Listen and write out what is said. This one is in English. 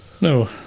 No